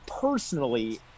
personally